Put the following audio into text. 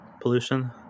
pollution